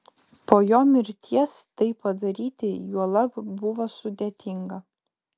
po jo mirties tai padaryti juolab buvo sudėtinga